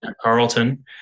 Carlton